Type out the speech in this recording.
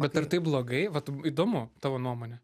bet ar tai blogai vat įdomu tavo nuomonė